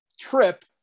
trip